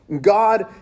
God